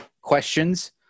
questions